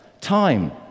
time